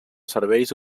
serveis